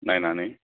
नायनानै